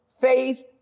faith